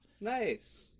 Nice